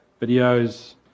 videos